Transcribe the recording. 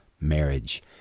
marriage